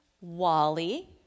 Wally